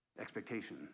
Expectation